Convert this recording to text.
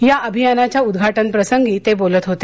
या अभियानाच्या उद्घाटन प्रसंगी ते बोलत होते